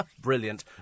Brilliant